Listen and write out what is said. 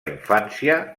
infància